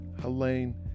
Helene